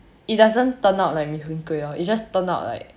it doesn't turn out like mee hoon kway lor it just turn out like